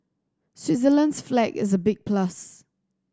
Switzerland's flag is a big plus